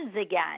again